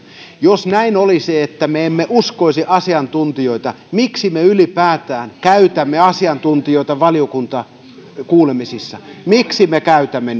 jos näin olisi että me emme uskoisi asiantuntijoita miksi me ylipäätään käytämme asiantuntijoita valiokuntakuulemisissa miksi me käytämme